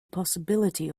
possibility